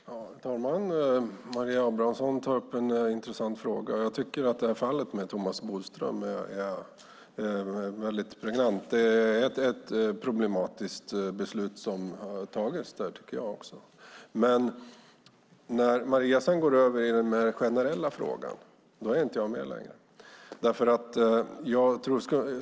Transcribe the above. Herr talman! Maria Abrahamsson tar upp en intressant fråga. Jag tycker att fallet Thomas Bodström är pregnant; det är ett problematiskt beslut som har tagits. Det tycker jag också. Men när Maria sedan går över till den mer generella frågan är jag inte med längre.